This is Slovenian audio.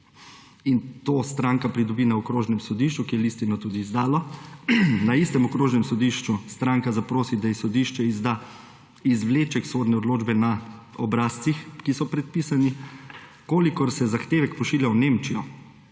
in to stranka pridobi na okrožnem sodišču, ki je listino tudi izdalo. Na istem okrožnem sodišču stranka zaprosi, da ji sodišče izda izvleček sodne odločbe na obrazcih, ki so predpisani. Čese zahtevek pošilja v Nemčijo,